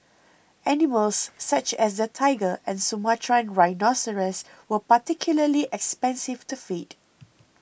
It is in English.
animals such as the tiger and Sumatran rhinoceros were particularly expensive to feed